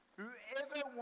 whoever